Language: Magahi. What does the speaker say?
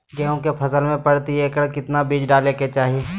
गेहूं के फसल में प्रति एकड़ कितना बीज डाले के चाहि?